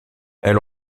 elle